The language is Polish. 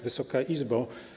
Wysoka Izbo!